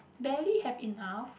barely have enough